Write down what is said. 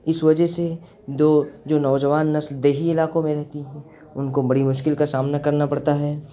اس وجہ سے وہ جو نوجوان نسل دیہی علاقوں میں رہتی ہیں ان کو بڑی مشکل کا سامنا کرنا پڑتا ہے